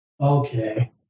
Okay